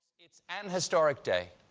it's an historic day,